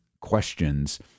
questions